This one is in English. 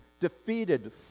defeated